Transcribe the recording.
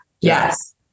Yes